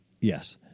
Yes